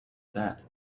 that